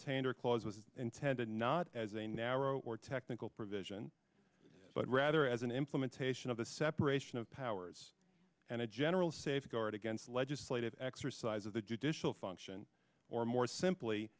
attainder clause was intended not as a narrow or technical provision but rather as an implementation of the separation of powers and a general safeguard against legislative exercise of the judicial function or more simply